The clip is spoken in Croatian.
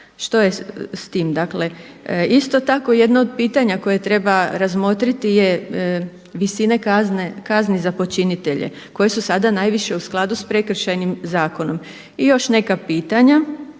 Što je s tim? Dakle isto tako jedno od pitanje koje treba razmotriti je visine kazni za počinitelje koje su sada najviše u skladu s Prekršajnim zakonom. I još neka pitanja.